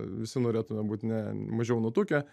visi norėtume būti ne mažiau nutukę